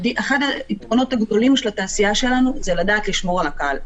אחד היתרונות של התעשייה שלנו זה לדעת לשמור על הקהל,